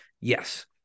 Yes